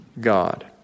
God